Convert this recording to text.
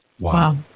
Wow